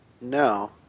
No